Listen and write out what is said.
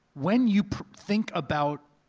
when you think about